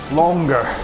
longer